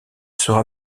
sera